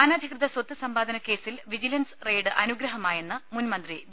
അനധികൃത സ്വത്ത് സമ്പാദനക്കേസിൽ വിജിലൻസ് റെയ്ഡ് അനുഗ്രഹമായെന്ന് മുൻ മന്ത്രി വി